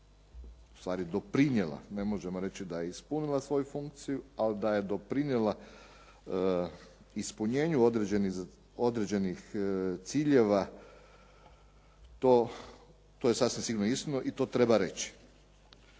ustvari doprinijela, ne možemo reći da je ispunila svoju funkciju, ali da je doprinijela ispunjenju određenih ciljeva to je sasvim sigurno iskreno i to treba reći.